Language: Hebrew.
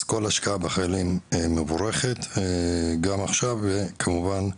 אז כל השקעה בחיילים מבורכת, גם עכשיו כמובן,